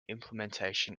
implementation